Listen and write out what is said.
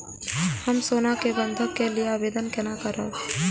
हम सोना के बंधन के लियै आवेदन केना करब?